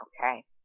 okay